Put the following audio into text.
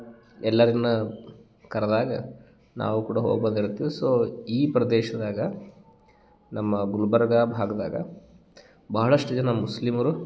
ಎಲ್ಲಾರಿನ್ನ ಕರ್ದಾಗ ನಾವು ಕೂಡ ಹೋಗಿ ಬಂದಿರ್ತೀವಿ ಸೋ ಈ ಪ್ರದೇಶ್ದಾಗ ನಮ್ಮ ಗುಲ್ಬರ್ಗ ಭಾಗದಾಗ ಭಾಳಷ್ಟು ಜನ ಮುಸ್ಲಿಮರು